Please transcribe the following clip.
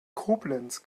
koblenz